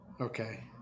Okay